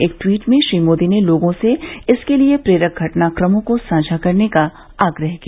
एक ट्वीट में श्री मोदी ने लोगों से इसके लिए प्रेरक घटनाक्रमों को साझा करने का आग्रह किया